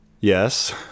Yes